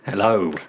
Hello